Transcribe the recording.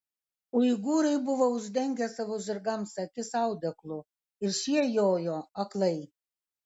uigūrai buvo uždengę savo žirgams akis audeklu ir šie jojo aklai